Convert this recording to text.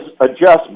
adjustment